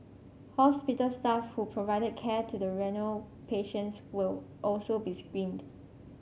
hospital staff who provided care to the renal patients will also be screened